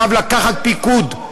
חייב לקחת פיקוד,